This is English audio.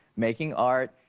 making art.